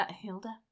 Hilda